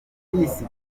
serivisi